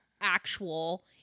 actual